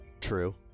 true